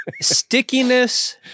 Stickiness